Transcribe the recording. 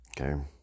Okay